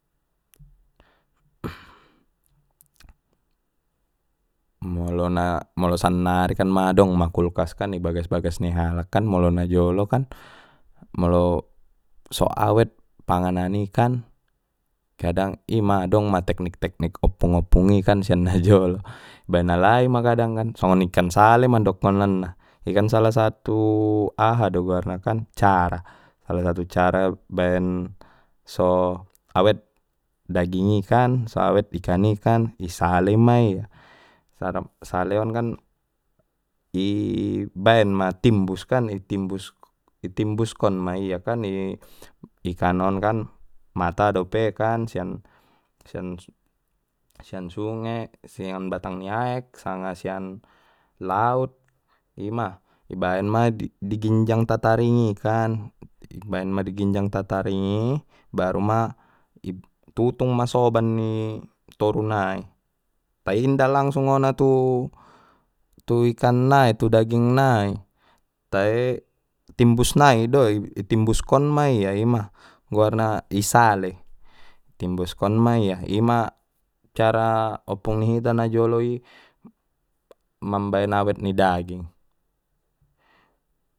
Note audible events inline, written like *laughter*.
*noise* molo na molo sannari kan ma adong ma kulkas kan ibagas bagas ni halak kan molo najolo kan molo so awet panganan i kan kadang ima adong ma teknik teknik oppung oppung i kan sian najolo baen alai ma kadang kan songon ikan sale mandokonan na i kan salah satu aha do goarna kan cara salah satu cara salah satu cara baen so awet daging i kan so awet ikan i kan i sale ma i sale on kan i baen ma timbus kan itimbus-itimbuskon ma iakan ikan on kan mata dope kan sian-sian-sian sunge sian batang ni aek sanga sian laut ima ibaen ma di-diginjang tataring i kan baen ma ginjang ni tataring i baru ma itutung ma soban itoru nai tai inda langsung ona tu-tu ikan nai tu daging nai tai timbus nai do itimbuskon ma ia ima goarna i sale itimbuskon ma ia ima cara oppung ni hita najolo i mambaen awet ni daging.